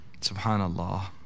Subhanallah